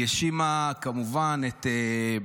היא האשימה כמובן את,